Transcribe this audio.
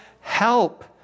help